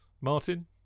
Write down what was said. Martin